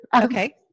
Okay